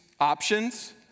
options